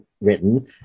written